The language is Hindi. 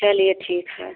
चलिए ठीक है